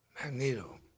Magneto